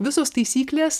visos taisyklės